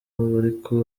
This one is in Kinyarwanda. ariko